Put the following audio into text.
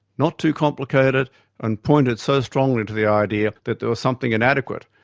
not too complicated and pointed so strongly to the idea that there was something inadequate,